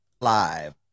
Live